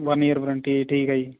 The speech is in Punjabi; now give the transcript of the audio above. ਵਨ ਈਅਰ ਵਰੰਟੀ ਹੈ ਠੀਕ ਹੈ ਜੀ